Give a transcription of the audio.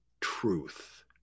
truth